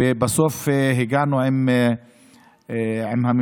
ובסוף הגענו עם הממשלה,